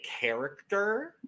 character